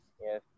Yes